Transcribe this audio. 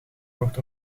wordt